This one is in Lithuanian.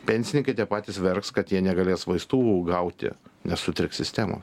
pensininkai patys verks kad jie negalės vaistų gauti nes sutriks sistemos